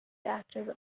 after